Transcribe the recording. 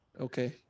Okay